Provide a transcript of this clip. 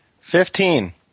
Fifteen